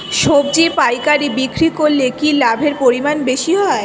সবজি পাইকারি বিক্রি করলে কি লাভের পরিমাণ বেশি হয়?